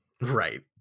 right